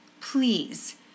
Please